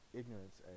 ignorance